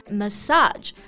massage